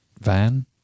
van